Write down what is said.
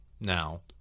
now